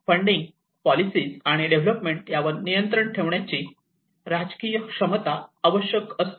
funding policy आणि development यावर नियंत्रण ठेवण्याची राजकीय क्षमता आवश्यक असते